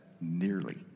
nearly